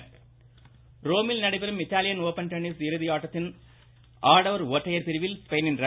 tennis ரோமில் நடைபெறும் Italian Open tennis இறுதியாட்டத்தின் ஆடவர் ஒற்றையர் பிரிவில் ஸ்பெயினின் ர